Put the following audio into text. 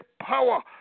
power